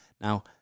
now